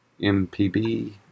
MPB